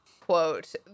quote